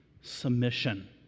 submission